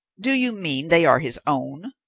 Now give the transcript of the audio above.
do you mean they are his own?